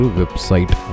website